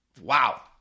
Wow